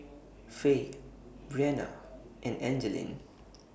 Fay Breana and Angeline